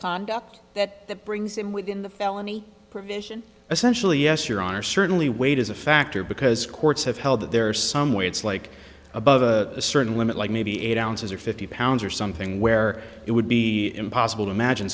conduct that brings him within the felony provision essentially yes your honor certainly weight is a factor because courts have held that there is some way it's like above a certain limit like maybe eight ounces or fifty pounds or something where it would be impossible to imagine